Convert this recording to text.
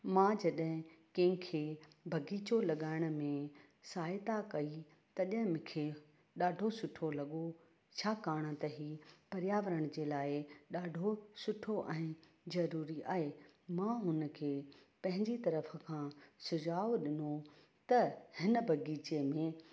मां जॾहिं कंहिंखे बग़ीचो लॻाइण में सहायता कई तॾहिं मूंखे ॾाढो सुठो लॻो छाकाणि त हीउ पर्यावरण जे लाइ ॾाढो सुठो ऐं ज़रूरी आहे मां हुन खे पंहिंजी तरफ़ु खां सुझाव ॾिनो त हिन बग़ीचे में